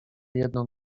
jedno